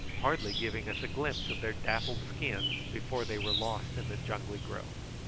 hardly giving us a glimpse of their dappled skins before they were lost in the jungly growth.